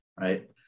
right